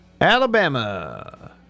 Alabama